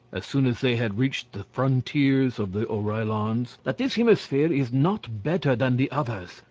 as soon as they had reached the frontiers of the oreillons, that this hemisphere is not better than the others,